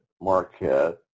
Marquette